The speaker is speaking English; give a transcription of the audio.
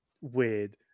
weird